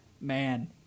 Man